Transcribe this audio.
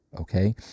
Okay